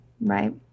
right